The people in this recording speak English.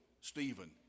Stephen